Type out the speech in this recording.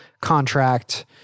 contract